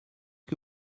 que